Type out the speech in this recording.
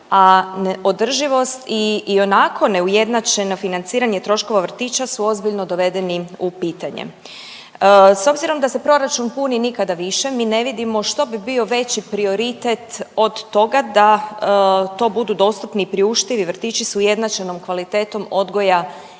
a održivost i, i onako neujednačeno financiranje troškova vrtića su ozbiljno dovedeni u pitanje. S obzirom da se proračun puni nikada više mi ne vidimo što bi bio veći prioritet od toga da to budu dostupni i priuštivi vrtići s ujednačenom kvalitetom odgoja